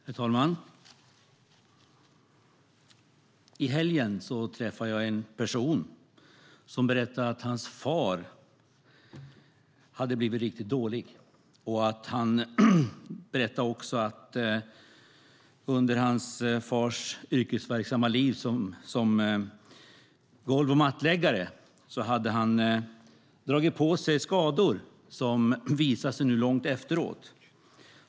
Herr talman! I helgen träffade jag en person som berättade att hans far hade blivit riktigt dålig. Han berättade också att hans far under sitt yrkesverksamma liv som golv och mattläggare hade dragit på sig skador som visade sig långt efteråt.